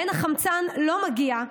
שבהן החמצן לא מגיע,